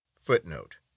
Footnote